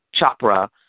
Chopra